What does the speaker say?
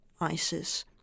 ISIS